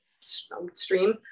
stream